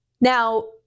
Now